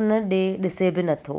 उन ॾे ॾिसे बि नथो